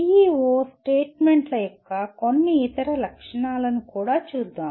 PEO స్టేట్మెంట్ల యొక్క కొన్ని ఇతర లక్షణాలను కూడా చూద్దాం